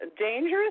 dangerous